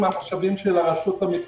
במידה רבה מן המשאבים של הרשות המקומית.